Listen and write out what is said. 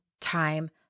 time